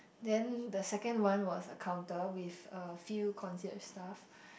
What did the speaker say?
then the second one was a counter with a few concierge staff